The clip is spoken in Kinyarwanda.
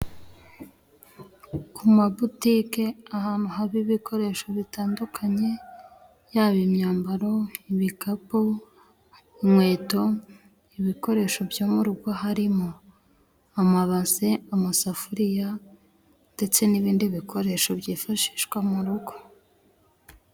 Ku mabutike ahantu haba ibikoresho bitandukanye yaba imyambaro ibikapu inkweto ibikoresho byo murugo harimo: amabase, amasafuriya ndetse n'ibindi bikoresho byifashishwa murugo.